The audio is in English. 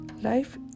Life